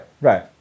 right